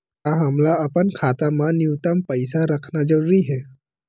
का हमला अपन खाता मा न्यूनतम पईसा रखना जरूरी हे?